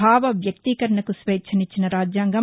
భావ వ్యక్తీకరణకు స్వేచ్చనిచ్చిన రాజ్యాంగం